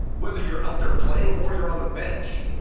whether you're out there playing or you're on the bench,